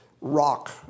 rock